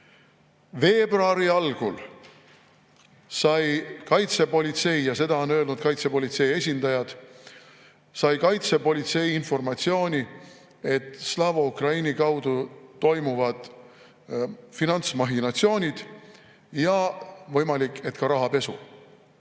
Veebruari algul sai kaitsepolitsei – seda on öelnud kaitsepolitsei esindajad – informatsiooni, et Slava Ukraini kaudu toimuvad finantsmahhinatsioonid ja võimalik, et ka rahapesu.